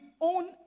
own